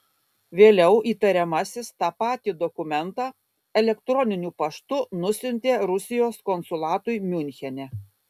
vėliau įtariamasis tą patį dokumentą elektroniniu paštu nusiuntė rusijos konsulatui miunchene